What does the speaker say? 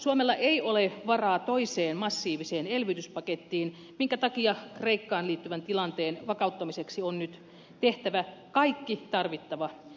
suomella ei ole varaa toiseen massiiviseen elvytyspakettiin minkä takia kreikkaan liittyvän tilanteen vakauttamiseksi on nyt tehtävä kaikki tarvittava